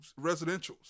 residentials